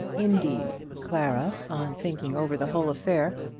indeed, clara, on thinking over the whole affair,